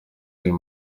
y’uyu